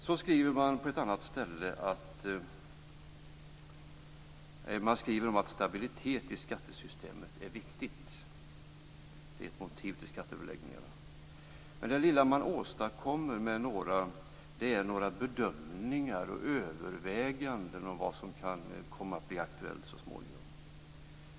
Så skriver man på ett annat ställe att stabilitet i skattesystemet är viktigt och att det är ett motiv till skatteöverläggningarna. Men det lilla man åstadkommer är några bedömningar och överväganden om vad som kan komma att bli aktuellt så småningom.